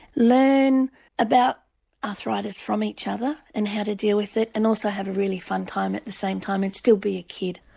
learn about arthritis from each other and how to deal with it, and also have a really fun time at the same time and still be a kid.